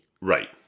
Right